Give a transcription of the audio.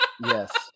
Yes